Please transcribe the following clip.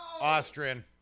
Austrian